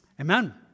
Amen